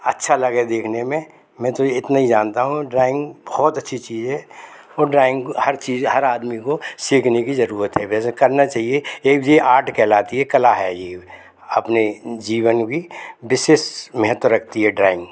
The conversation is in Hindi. अच्छा लगे देखने में मैं तो इतने ही जानता हूँ डराइंग बहुत अच्छी चीज है वो डराइंग हर चीज हर आदमी को सीखने कि जरुरत है वैसे करना चाहिए ये ये आर्ट कहलाती है ये कला है ये अपने जीवन भी विशेष महत्व रखती है डराइंग